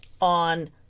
on